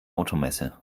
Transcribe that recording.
automesse